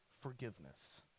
forgiveness